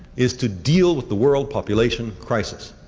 is to deal with the world population crisis.